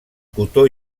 cotó